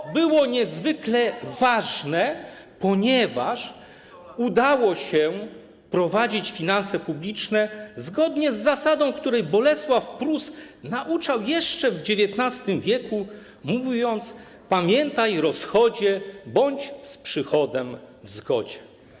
To było niezwykle ważne, ponieważ udało się prowadzić finanse publiczne zgodnie z zasadą, której Bolesław Prus nauczał jeszcze w XIX w., mówiąc: pamiętaj rozchodzie bądź z przychodem w zgodzie.